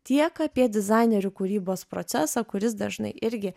tiek apie dizainerių kūrybos procesą kuris dažnai irgi